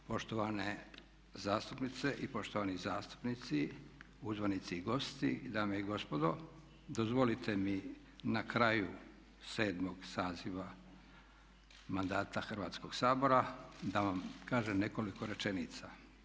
Poštovane zastupnice i poštovani zastupnici, uzvanici i gosti, dame i gospodo dozvolite mi na kraju 7. saziva mandata Hrvatskog sabora da vam kažem nekoliko rečenica.